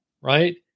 Right